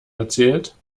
erzählt